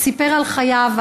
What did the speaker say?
הוא סיפר על חייו,